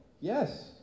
Yes